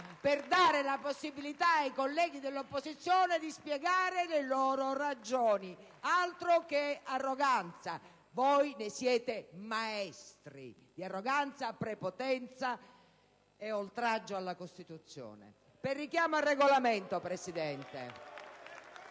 per dare la possibilità ai colleghi dell'opposizione di spiegare le loro ragioni. Altro che arroganza! Voi ne siete maestri: di arroganza, prepotenza e oltraggio alla Costituzione! *(Applausi dal Gruppo PD. Commenti